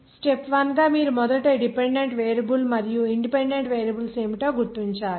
step 1 గా మీరు మొదట డిపెండెంట్ వేరియబుల్ మరియు ఇన్ డిపెండెంట్ వేరియబుల్స్ ఏమిటో గుర్తించాలి